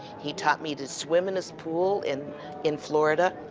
he taught me to swim in his pool in in florida,